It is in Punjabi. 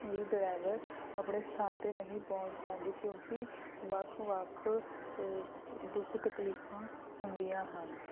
ਵੀ ਡਰਾਇਵਰ ਆਪਣੇ ਸਥਾਨ 'ਤੇ ਨਹੀਂ ਪਹੁੰਚ ਪਾਉਂਦੇ ਕਿਉਂਕਿ ਵੱਖ ਵੱਖ ਦੁੱਖ ਤਕਲੀਫ਼ਾਂ ਹੁੰਦੀਆਂ ਹਨ